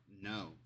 No